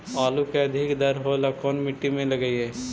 आलू के अधिक दर होवे ला कोन मट्टी में लगीईऐ?